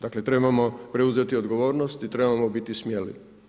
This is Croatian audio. Dakle trebamo preuzeti odgovornost i trebamo biti smjeli.